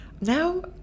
Now